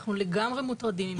אנחנו לגמרי מוטרדים.